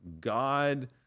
God